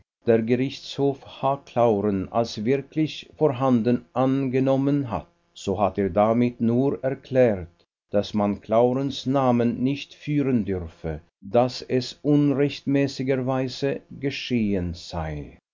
der gerichtshof h clauren als wirklich vorhanden angenommen hat so hat er damit nur erklärt daß man claurens namen nicht führen dürfe daß es unrechtmäßigerweise geschehen sei